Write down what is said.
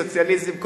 סוציאליזם,